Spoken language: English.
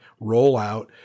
rollout